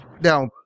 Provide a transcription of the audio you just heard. Now